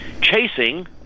chasing